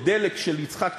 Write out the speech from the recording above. את "דלק" של יצחק תשובה,